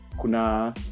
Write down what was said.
kuna